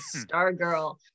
Stargirl